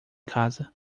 casa